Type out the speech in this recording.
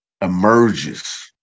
emerges